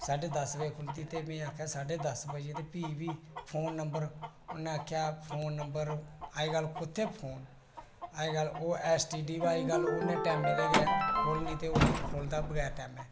साढे दस बजे खुलदी ते प्ही मीं आखेआ साढे दस बजे ते फ्ही फोन नम्बर उ'नें आखेआ फोन नम्बर अजकल कुत्थै फोन अजकल ओह् एसटीडी पर उ'नें टेमें दे गै खोह्लनी ते उ'नें नेईं खोह्लनी बगैर टैमे दी